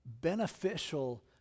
beneficial